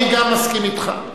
אני גם מסכים אתך.